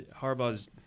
Harbaugh's